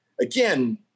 again